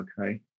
okay